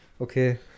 Okay